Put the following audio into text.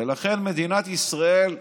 ולכן מדינת ישראל,